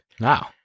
Wow